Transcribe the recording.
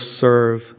serve